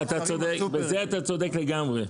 בזה אתה צודק לגמרי.